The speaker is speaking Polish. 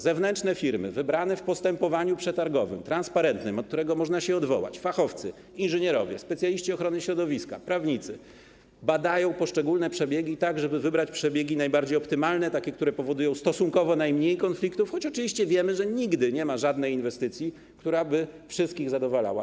Zewnętrzne firmy, wybrane w transparentnym postępowaniu przetargowym, od którego można się odwołać, fachowcy, inżynierowie, specjaliści ochrony środowiska, prawnicy badają poszczególne przebiegi, tak żeby wybrać te najbardziej optymalne, które powodują stosunkowo najmniej konfliktów, choć oczywiście wiemy, że nigdy nie ma takiej inwestycji, która by wszystkich zadawalała.